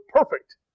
perfect